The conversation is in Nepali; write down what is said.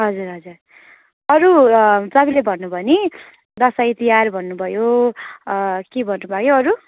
हजुर हजुर अरू तपाईँले भन्नुभयो नि दसैँ तिहार भन्नुभयो के भन्नुभयो अरू